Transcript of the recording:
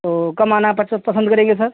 तो कब आना पस पसंद करेंगे सर